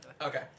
Okay